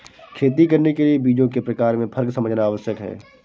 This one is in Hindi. खेती करने के लिए बीजों के प्रकार में फर्क समझना आवश्यक है